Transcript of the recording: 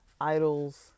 idols